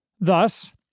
Thus